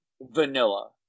vanilla